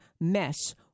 mess